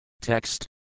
Text